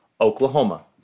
Oklahoma